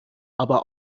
aber